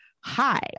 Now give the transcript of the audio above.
hi